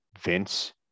Vince